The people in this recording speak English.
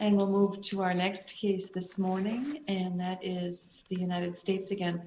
and we'll move to our next heated this morning and that is the united states again